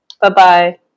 bye-bye